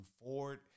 forward